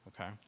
Okay